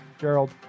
Gerald